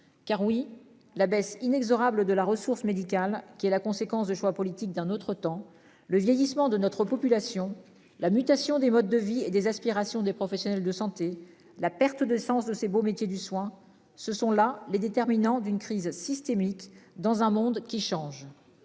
Car oui la baisse inexorable de la ressource médicale qui est la conséquence de choix politiques d'un autre temps, le vieillissement de notre population la mutation des modes de vie et des aspirations des professionnels de santé. La perte de sens de ces beaux métiers du soin, ce sont là les déterminants d'une crise systémique dans un monde qui change.